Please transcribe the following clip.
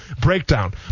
Breakdown